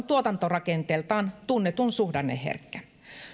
tuotantorakenteeltaan on tunnetun suhdanneherkkä